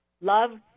Love